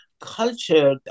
culture